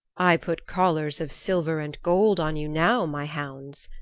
i put collars of silver and gold on you now, my hounds,